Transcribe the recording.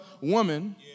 woman